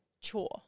chore